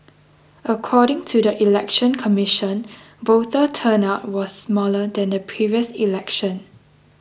according to the Election Commission voter turnout was smaller than the previous election